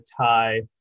tie